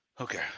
Okay